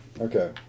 Okay